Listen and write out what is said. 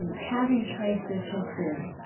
and having traced this history,